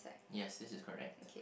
yes this is correct